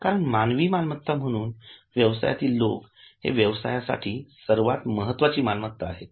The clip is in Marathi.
कारण मानवी मालमत्ता म्हणून व्यवसायातील लोक हे व्यवसायासाठी सर्वात महत्वाची मालमत्ता आहेत